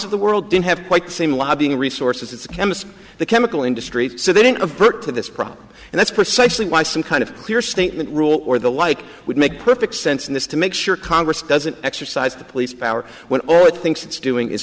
of the world didn't have quite the same lobbying resources its chemists the chemical industry so they didn't of berta this problem and that's precisely why some kind of clear statement rule or the like would make perfect sense in this to make sure congress doesn't exercise the police power when or it thinks it's doing is